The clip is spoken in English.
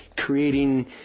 creating